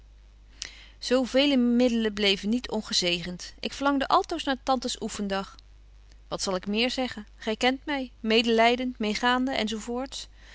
veele middelen bleven niet ongezegend ik verlangde altoos naar tantes oeffendag wat zal ik meer zeggen gy kent my medelydend meêgaande